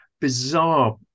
bizarre